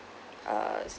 err